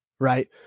right